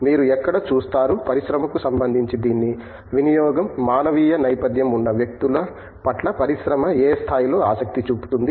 మీరు ఎక్కడ చూస్తారు పరిశ్రమకు సంబంధించి దీని వినియోగం మానవీయ నేపథ్యం ఉన్న వ్యక్తుల పట్ల పరిశ్రమ ఏ స్థాయిలో ఆసక్తి చూపుతుంది